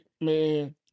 man